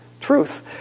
truth